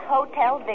Hotel